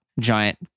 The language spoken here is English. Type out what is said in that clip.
giant